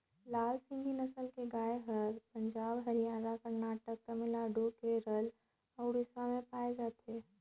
लाल सिंघी नसल के गाय हर पंजाब, हरियाणा, करनाटक, तमिलनाडु, केरल अउ उड़ीसा में पाए जाथे